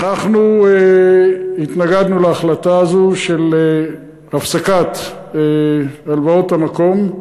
אנחנו התנגדנו להחלטה הזאת של הפסקת הלוואות המקום,